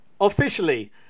officially